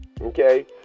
okay